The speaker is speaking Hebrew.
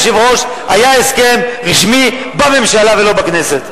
אדוני היושב-ראש, היה הסכם רשמי בממשלה ולא בכנסת.